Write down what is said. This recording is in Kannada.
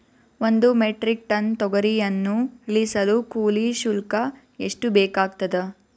ಒಂದು ಮೆಟ್ರಿಕ್ ಟನ್ ತೊಗರಿಯನ್ನು ಇಳಿಸಲು ಕೂಲಿ ಶುಲ್ಕ ಎಷ್ಟು ಬೇಕಾಗತದಾ?